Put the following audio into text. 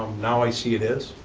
um now i see it is.